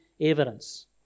evidence